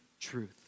truth